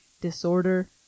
disorder